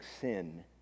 sin